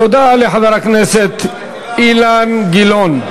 תודה לחבר הכנסת אילן גילאון.